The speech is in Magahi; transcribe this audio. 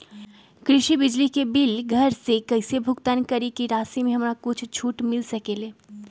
कृषि बिजली के बिल घर से कईसे भुगतान करी की राशि मे हमरा कुछ छूट मिल सकेले?